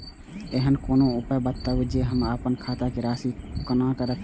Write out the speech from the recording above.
ऐहन कोनो उपाय बताबु जै से हम आपन खाता के राशी कखनो जै सकी?